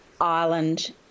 Ireland